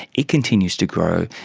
it continues to grow.